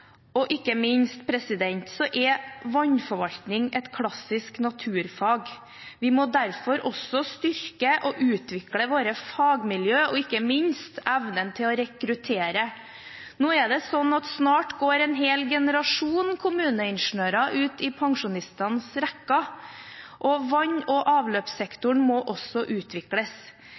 Og ikke minst er vannforvaltning et klassisk naturfag. Vi må derfor også styrke og utvikle våre fagmiljøer og ikke minst evnen til å rekruttere. Snart går en hel generasjon kommuneingeniører ut i pensjonistenes rekker, og vann- og